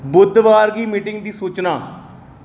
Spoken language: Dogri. बुधबार गी मीटिंग दी सूचना